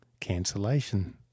cancellation